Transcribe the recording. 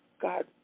God